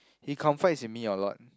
he confides with me a lot